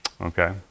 Okay